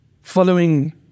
following